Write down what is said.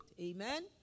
amen